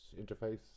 interface